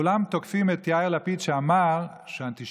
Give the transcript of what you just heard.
כולם תוקפים את יאיר לפיד שאמר שאנטישמיות